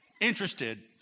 interested